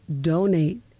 donate